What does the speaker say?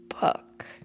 book